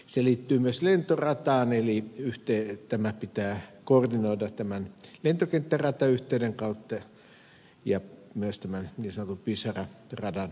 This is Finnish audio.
se liittyy myös lentorataan eli tämä pitää koordinoida lentokenttäratayhteyden kautta ja myös niin sanotun pisara radan suhteen